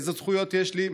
איזה זכויות יש לי,